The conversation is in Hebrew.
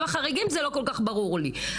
גם החריגים לא כל כך ברור לי.